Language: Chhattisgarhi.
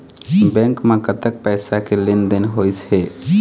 बैंक म कतक पैसा के लेन देन होइस हे?